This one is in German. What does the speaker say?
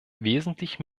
wesentlich